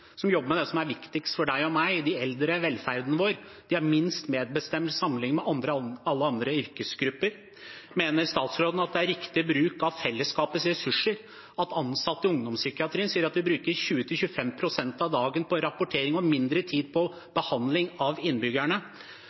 som jobber med det som er viktigst for deg og meg, de eldre og velferden vår, har minst medbestemmelse sammenlignet med alle andre yrkesgrupper? Mener statsråden at det er riktig bruk av fellesskapets ressurser når ansatte i ungdomspsykiatrien sier at de bruker 20–25 pst. av dagen på rapportering og mindre tid på behandling av innbyggerne,